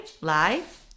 live